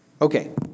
Okay